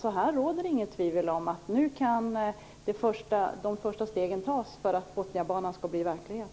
Det råder alltså inget tvivel om att de första stegen nu kan tas för att Botniabanan skall bli verklighet.